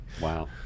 wow